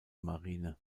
marine